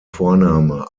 vorname